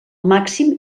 màxim